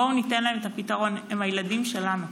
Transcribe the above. בואו ניתן להם את הפתרון, הם הילדים שלנו.